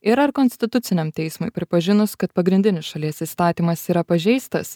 ir ar konstituciniam teismui pripažinus kad pagrindinis šalies įstatymas yra pažeistas